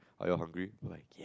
are you're hungry we like !yeah!